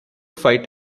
fight